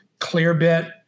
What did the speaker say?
Clearbit